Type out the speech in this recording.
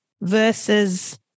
versus